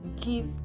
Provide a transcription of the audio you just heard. give